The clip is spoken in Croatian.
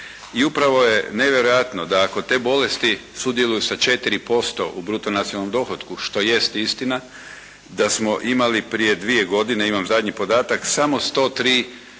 I upravo je nevjerojatno da ako te bolesti sudjeluju sa četiri posto u bruto nacionalnom dohotku što jest istina, da smo imali prije dvije godine, imam zadnji podatak samo 103